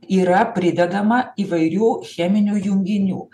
yra pridedama įvairių cheminių junginių